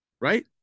right